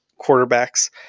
quarterbacks